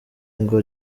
ingo